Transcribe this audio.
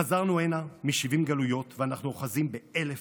חזרנו הנה מ-70 גלויות ואנחנו אוחזים באלף